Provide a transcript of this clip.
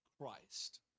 Christ